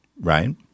Right